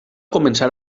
començar